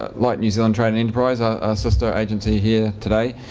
ah like new zealand trade and enterprise, our sister agency here today.